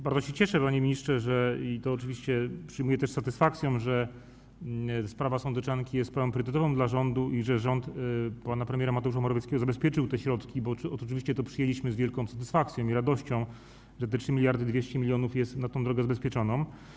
Bardzo się cieszę, panie ministrze, co oczywiście przyjmuję też z satysfakcją, że sprawa sądeczanki jest sprawą priorytetową dla rządu i że rząd pana premiera Mateusza Morawieckiego zabezpieczył te środki, oczywiście przyjęliśmy to z wielką satysfakcją i radością, że te 3200 mln jest na tę drogę zabezpieczone.